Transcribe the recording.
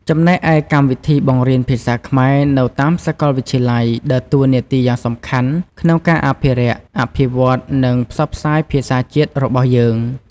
ចំណែកឯកម្មវិធីបង្រៀនភាសាខ្មែរនៅតាមសាកលវិទ្យាល័យ ដើរតួនាទីយ៉ាងសំខាន់ក្នុងការអភិរក្ស អភិវឌ្ឍ និងផ្សព្វផ្សាយភាសាជាតិរបស់យើង។